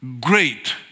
great